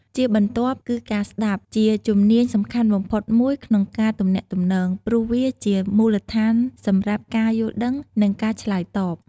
ជាបន្ទាប់ គឺការស្ដាប់ ជាជំនាញសំខាន់បំផុតមួយក្នុងការទំនាក់ទំនង ព្រោះវាជាមូលដ្ឋានសម្រាប់ការយល់ដឹង និងការឆ្លើយតប។